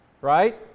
right